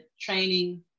training